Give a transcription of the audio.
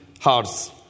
hearts